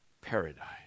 paradise